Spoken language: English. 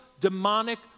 demonic